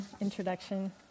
introduction